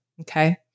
Okay